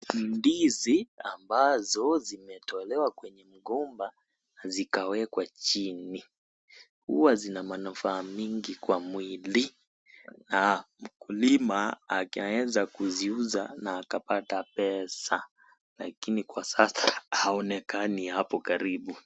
Ndizi ambazo zimetolewa kwenye mgomba zikawekwa chini. Huwa zina manufaa mingi kwa mwili, na mkulima anaweza kuziuza, na akapata pesa. Lakini kwa sasa haonekani hapo karibu.